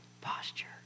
posture